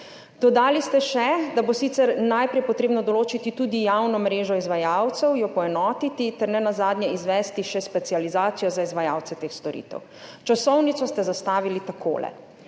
Dodali ste še, da bo sicer najprej potrebno določiti tudi javno mrežo izvajalcev, jo poenotiti ter nenazadnje izvesti še specializacijo za izvajalce teh storitev. Časovnico ste zastavili takole: